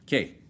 Okay